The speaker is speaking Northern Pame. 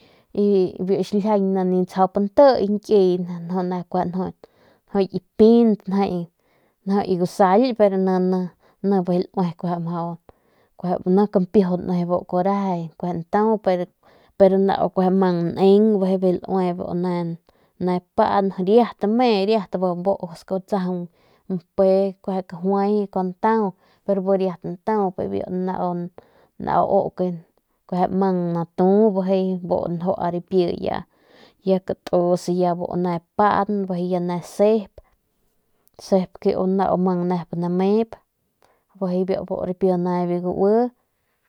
Y bi xiljiaiñ nip tsjau nte ki nkiey njo ne njo ki pint njo ki gusail pero ne kueje campiujun kuaju reje ntau pero kueje nau man nin be lue ne paan riat me riat buscat kuaju tsajan mpe kueje cajuai kuaju ntau pero biu riat ntau nau au que nau kueje man ntau y biu njua ripie ya katus ya bu ne paan be ya ne sep sep ke u nau man nep namip bejei biu ane bi gauep.